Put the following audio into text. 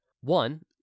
One